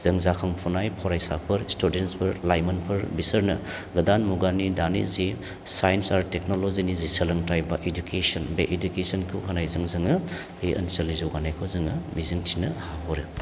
जों जाखांफुनाय फरायसाफोर स्टुडेन्टसफोर लाइमोनफोर बिसोरनो गोदान मुगानि दानि जि साइन्स आरो टेक्नलजिनि जि सोलोंथाय बा एडुकेसन बे एडुकेसनखौ होनायजों जोङो बे ओनसोलनि जौगानायखौ जोङो मिजिंथिनो हाहरो